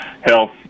health